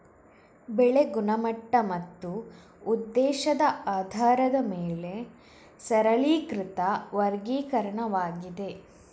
ಬೆಳೆ ಗುಣಮಟ್ಟ ಮತ್ತು ಉದ್ದೇಶದ ಆಧಾರದ ಮೇಲೆ ಸರಳೀಕೃತ ವರ್ಗೀಕರಣವಾಗಿದೆ